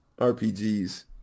RPGs